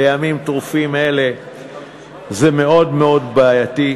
בימים טרופים אלה זה מאוד מאוד בעייתי,